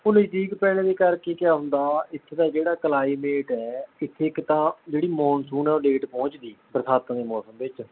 ਉਹ ਨਜ਼ਦੀਕ ਪੈਣ ਦੇ ਕਰਕੇ ਕਿਆ ਹੁੰਦਾ ਇੱਥੇ ਦਾ ਜਿਹੜਾ ਕਲਾਈਮੇਟ ਹੈ ਇੱਥੇ ਇੱਕ ਤਾਂ ਜਿਹੜੀ ਮੌਨਸੂਨ ਹੈ ਉਹ ਲੇਟ ਪਹੁੰਚਦੀ ਬਰਸਾਤਾਂ ਦੇ ਮੌਸਮ ਵਿੱਚ